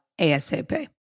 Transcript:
ASAP